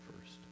first